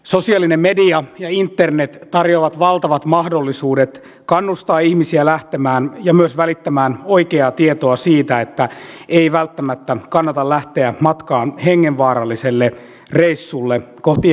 sosiaalinen media ja internet tarjoavat valtavat mahdollisuudet kannustaa ihmisiä lähtemään ja myös välittämään oikeaa tietoa siitä että ei välttämättä kannata lähteä matkaan hengenvaaralliselle reissulle kohti eurooppaa